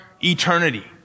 eternity